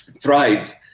thrive